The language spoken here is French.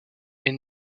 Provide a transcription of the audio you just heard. est